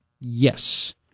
Yes